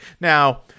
Now